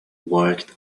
walked